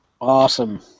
Awesome